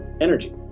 energy